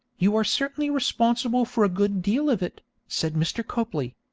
you are certainly responsible for a good deal of it said mr. copley.